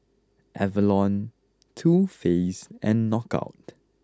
Avalon Too Faced and Knockout